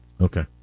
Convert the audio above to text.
Okay